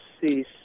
cease